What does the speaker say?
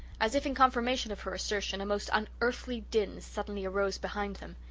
as if in confirmation of her assertion, a most unearthly din suddenly arose behind them.